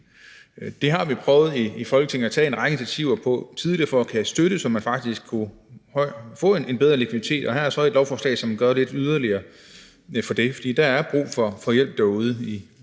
Det har vi i Folketinget tidligere prøvet at tage en række initiativer i forhold til for at kunne støtte, så man faktisk kunne få en bedre likviditet. Og her er så et lovforslag, som gør noget yderligere for det, for der er brug for hjælp derude,